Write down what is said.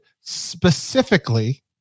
specifically